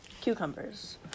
cucumbers